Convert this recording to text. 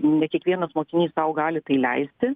ne kiekvienas mokinys sau gali tai leisti